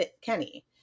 Kenny